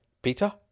Peter